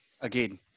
Again